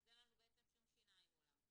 אז אין לנו בעצם שום 'שיניים' מולם.